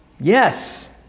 Yes